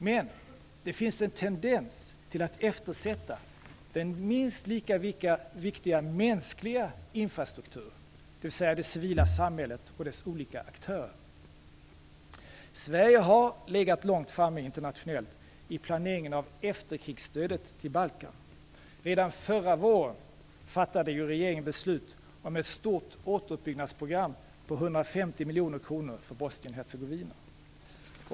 Men det finns en tendens till att eftersätta den minst lika viktiga mänskliga infrastrukturen, dvs. det civila samhället och dess olika aktörer. Sverige har legat långt framme internationellt i planeringen av efterkrigsstödet till Balkan. Redan förra våren fattade regeringen beslut om ett stort återuppbyggnadsprogram på 150 miljoner kronor för Bosnien-Hercegovina.